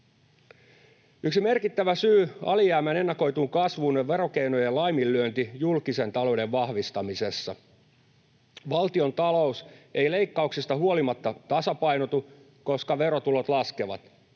Yksi merkittävä syy alijäämän ennakoituun kasvuun on verokeinojen laiminlyönti julkisen talouden vahvistamisessa. Valtiontalous ei leikkauksista huolimatta tasapainotu, koska verotulot laskevat.